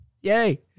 Yay